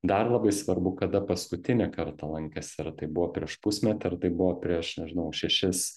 dar labai svarbu kada paskutinį kartą lankėsi ar tai buvo prieš pusmetį ar tai buvo prieš nežinau šešis